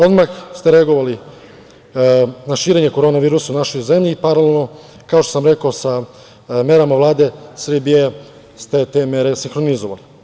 Odmah ste reagovali na širenje korona virusa u našoj zemlji i paralelno, kao što sam rekao, sa merama Vlade Srbije ste te mere sinhronizovali.